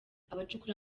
abacukura